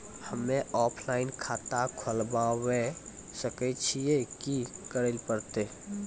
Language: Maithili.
हम्मे ऑफलाइन खाता खोलबावे सकय छियै, की करे परतै?